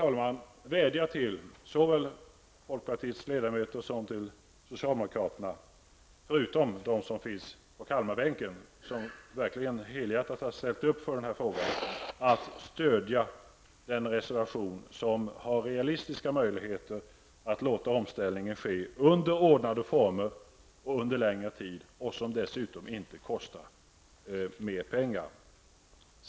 Jag vill vädja till såväl folkpartiets ledamöter som socialdemokraterna, förutom dem som finns på Kalmarbänken, vilka helhjärtat har ställt upp för denna fråga, att stödja reservationen. Reservationen ger realistiska möjligheter att låta omställningen ske under ordnade former och under längre tid, dessutom utan att det kostar mer pengar.